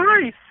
nice